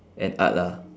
and art lah